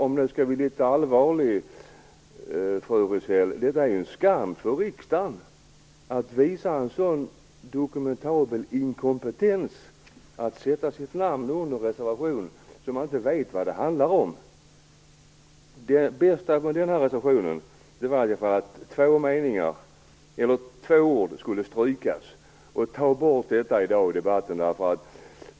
Om jag skall vara allvarlig, fru Rizell, vill jag säga att det är en skam för riksdagen att visa en sådan dokumentabel inkompetens att man sätter sitt namn under en reservation som man inte vet vad den handlar om. Det bästa med denna reservation var att två ord skulle strykas. Ta bort detta ur debatten i dag!